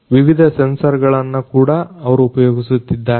ವಿವಿಧ ಸೆನ್ಸರ್ಗಳನ್ನ ಕೂಡ ಅವರು ಉಪಯೋಗಿಸುತ್ತಿದ್ದಾರೆ